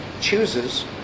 chooses